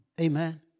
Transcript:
Amen